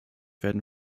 werden